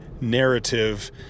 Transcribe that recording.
narrative